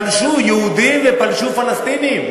פלשו יהודים ופלשו פלסטינים.